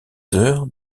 heures